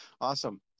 awesome